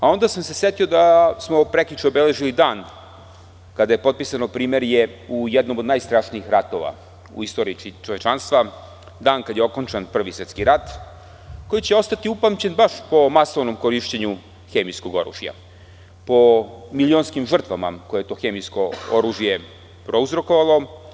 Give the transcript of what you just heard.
Onda sam se setio da smo prekjuče obeležili dan kada je potpisano primirje u jednom od najstrašnijih ratova u istoriji čovečanstva, dan kada je okončan Prvi svetski rat, koji će ostati upamćen baš po masovnom korišćenju hemijskog oružja, po milionskim žrtvama koje je to hemijsko oružje prouzrokovalo.